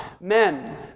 men